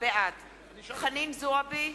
בעד חנין זועבי,